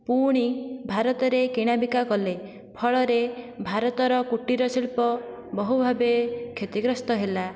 ପୁଣି ଭାରତରେ କିଣା ବିକା କଲେ ଫଳରେ ଭାରତର କୁଟୀର ଶିଳ୍ପ ବହୁ ଭାବେ କ୍ଷତିଗ୍ରସ୍ତ ହେଲା